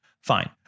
fine